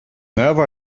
never